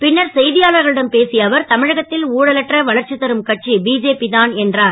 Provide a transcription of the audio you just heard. பின்னர் செய்தியாளர்களிடம் பேசிய அவர் தமிழகத்தில் ஊழலற்ற வளர்ச்சி தரும் கட்சி பிஜேபி தான் என்றார்